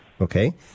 okay